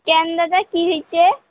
কেন্দ্রে কি হইছে